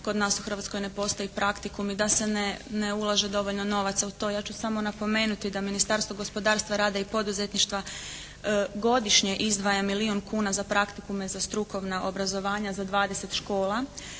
kod nas u Hrvatskoj ne postoji praktikum i da se ne ulaže dovoljno novaca u to. Ja ću samo napomenuti da Ministarstvo gospodarstva, rada i poduzetništva godišnje izdvaja milijun kuna za praktikume za strukovna obrazovanja za 20 škola,